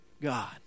God